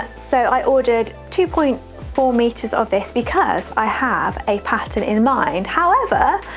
so, i ordered two point four meters of this because i have a pattern in mind. however,